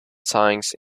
signs